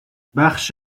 بخش